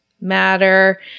matter